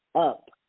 up